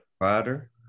Provider